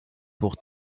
pour